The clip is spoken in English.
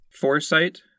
Foresight